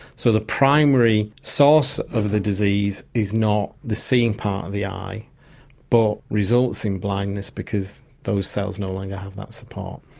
so the primary source of the disease is not the seeing part of the eye but results in blindness because those cells no longer have that support.